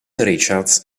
richards